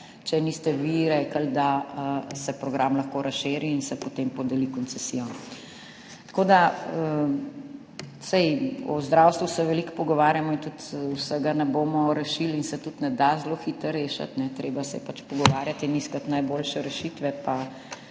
če niste vi rekli, da se program lahko razširi in se potem podeli koncesijo. Tako da, saj o zdravstvu se veliko pogovarjamo in tudi vsega ne bomo rešili in se tudi ne da zelo hitro rešiti, treba se je pač pogovarjati in iskati najboljše rešitve